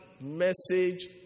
message